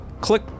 Click